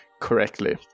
correctly